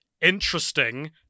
interesting